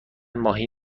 ماهی